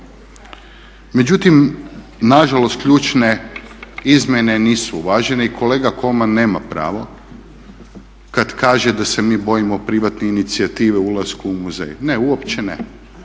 Međutim nažalost ključne izmjene nisu uvažene i kolega Kolman nema pravo kad kaže da se mi bojimo privatne inicijative ulasku u muzej. Ne, uopće ne.